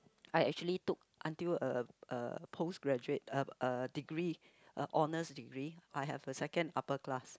I actually took until a a postgraduate a a degree a honour's degree I have the second upper class